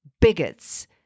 bigots